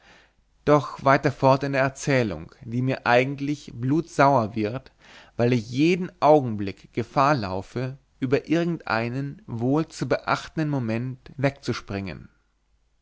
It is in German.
doch weiter fort in der erzählung die mir eigentlich blutsauer wird weil ich jeden augenblick gefahr laufe über irgend einen wohl zu beachtenden moment wegzuspringen